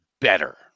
better